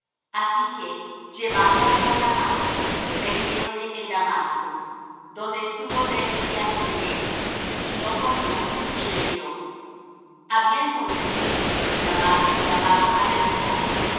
así que llevándole por la mano metiéronle en damasco donde estuvo tres días sin ver y no comió ni bebió había entonces un discípulo en damasco llamado ananías al